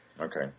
Okay